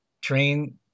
train